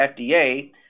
FDA